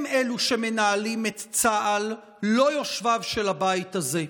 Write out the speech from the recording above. הם אלו שמנהלים את צה"ל, לא יושביו של הבית הזה.